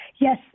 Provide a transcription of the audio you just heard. Yes